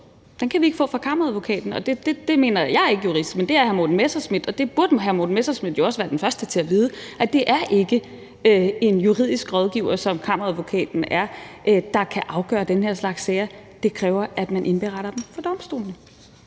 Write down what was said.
den kan vi ikke få fra Kammeradvokaten. Jeg er ikke jurist, men det er hr. Morten Messerschmidt, så det burde hr. Morten Messerschmidt jo også være den første til at vide, altså at det ikke er en juridisk rådgiver, som Kammeradvokaten er, der kan afgøre den her slags sager. Det kræver, at man indbringer den for domstolene.